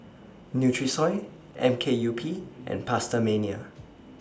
Nutrisoy M K U P and PastaMania